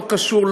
לא קשור,